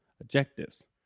objectives